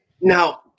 Now